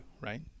right